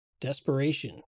Desperation